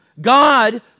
God